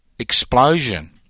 Explosion